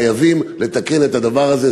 חייבים לתקן את הדבר הזה.